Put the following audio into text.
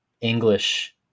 English